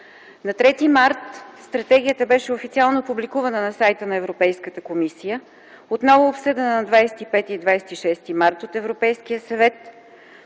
На 3 март Стратегията беше официално публикувана на сайта на Европейската комисия, отново обсъдена на 25 и 26 март от Европейския съвет.